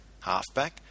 halfback